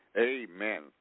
Amen